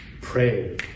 Pray